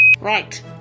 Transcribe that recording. Right